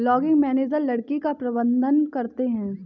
logging manager लकड़ी का प्रबंधन करते है